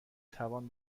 توان